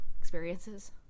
experiences